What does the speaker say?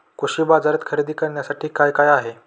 कृषी बाजारात खरेदी करण्यासाठी काय काय आहे?